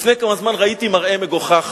לפני כמה זמן ראיתי מראה מגוחך